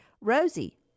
Rosie